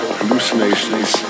hallucinations